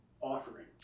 offering